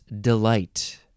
delight